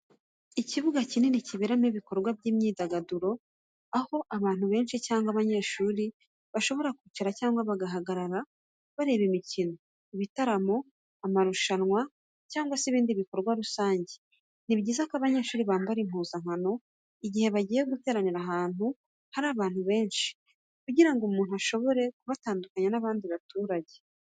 Ikibuga kinini kiberamo ibikorwa by'imyidagaduro, aho abantu benshi cyangwa abanyeshuri bashobora kwicara cyangwa bagahagarara bareba imikino, ibitaramo, amarushanwa cyangwa ibindi bikorwa rusange. Ni byiza ko abanyeshuri bambara impuzankano igihe bagiye guteranira ahantu hari abantu benshi, kugira ngo umuntu ashobore kubatandukanya n'abandi baturage.